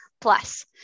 plus